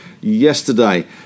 yesterday